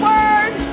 Word